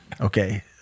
Okay